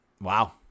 Wow